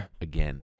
again